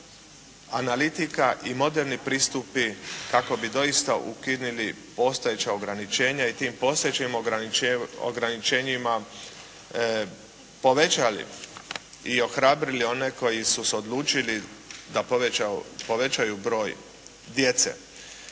analitika i moderni pristupi kako bi doista ukinuli postojeća ograničenja i tim postojećim ograničenjima povećali i ohrabrili one koji su se odlučili da povećaju broj djece.